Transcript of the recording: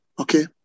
Okay